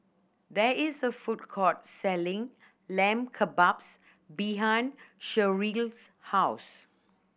there is a food court selling Lamb Kebabs behind Sherrill's house